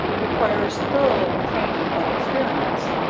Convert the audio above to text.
requires thorough training and experience.